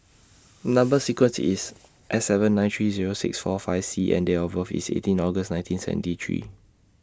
Number sequence IS S seven nine three Zero six four five C and Date of birth IS eighteen August nineteen seventy three